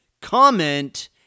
comment